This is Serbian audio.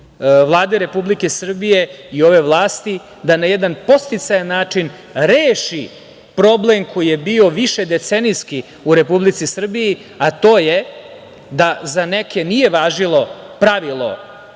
Vlade Republike Srbije i ove vlasti, da na jedan podsticajan način reši problem koji je bio višedecenijski u Republici Srbiji, a to je, da za neke nije važilo pravilo